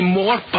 more